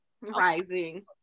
Rising